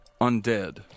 undead